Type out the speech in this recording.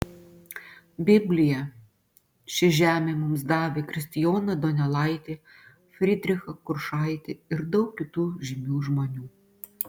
biblija ši žemė mums davė kristijoną donelaitį frydrichą kuršaitį ir daug kitų žymių žmonių